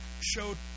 showed